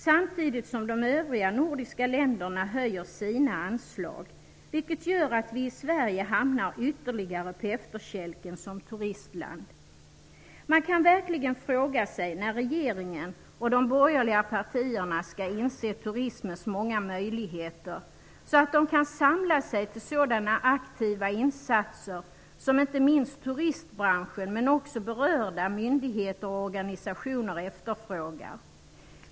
Samtidigt ökar de övriga nordiska länderna sina anslag, vilket gör att vi i Sverige hamnar ytterligare på efterkälken som turistland. Man kan verkligen fråga sig när regeringen och de borgerliga partierna skall inse turismens många möjligheter, så att de kan samla sig till sådana aktiva insatser som inte minst turistbranschen men också berörda myndigheter och organisationer efterfrågar.